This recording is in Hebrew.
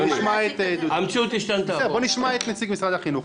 בסדר, בוא נשמע את נציג משרד החינוך.